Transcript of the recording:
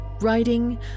writing